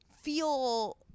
feel